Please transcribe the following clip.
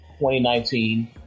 2019